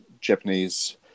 japanese